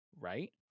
right